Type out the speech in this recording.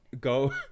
go